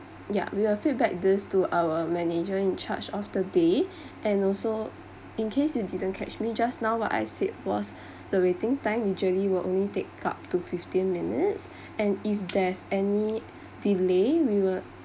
yeah we will feedback this to our manager in charge of the day and also in case you didn't catch me just now what I said was the waiting time usually will only take up to fifteen minutes and if there's any delay we will